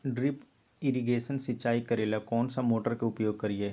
Drip irrigation सिंचाई करेला कौन सा मोटर के उपयोग करियई?